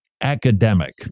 academic